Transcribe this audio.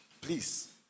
please